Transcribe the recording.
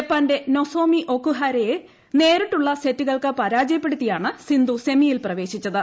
ജപ്പാന്റെ നൊസോമി ഒക്കുഹാരയെ നേരിട്ടുള്ള സെറ്റുകൾക്ക് പരാജയപ്പെടുത്തിയാണ് സിന്ധു സെമിയിൽ പ്രവേശിച്ചത്